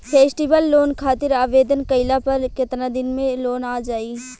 Festival loan खातिर आवेदन कईला पर केतना दिन मे लोन आ जाई?